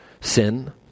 sin